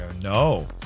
no